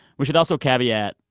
we should also caveat,